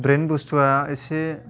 brand बुस्थुवा एसे